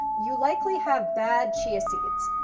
you likely have bad chia seeds.